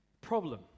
problem